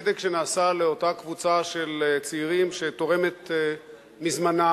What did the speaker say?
צדק שנעשה לאותה קבוצה של צעירים שתורמת מזמנם,